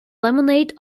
lemonade